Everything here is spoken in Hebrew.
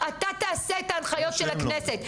אתה תעשה את ההנחיות של הכנסת.